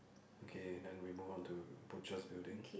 okay then we move on to butcher's building